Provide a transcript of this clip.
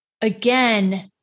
again